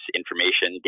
information